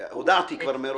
הודעתי כבר מראש.